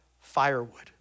firewood